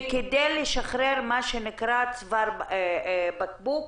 וכדי לשחרר צוואר בקבוק